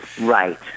Right